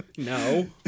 no